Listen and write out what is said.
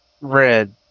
Red